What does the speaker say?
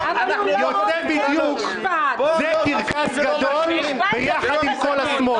יוצא בדיוק כמו "זה קרקס גדול ביחד עם כל השמאל",